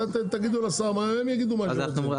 תגידו לשר והם יגידו מה שהם רוצים,